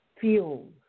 feels